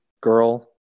girl